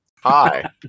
Hi